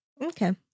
Okay